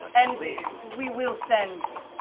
and we will send